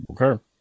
okay